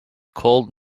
cold